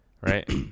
Right